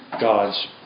God's